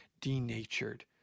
denatured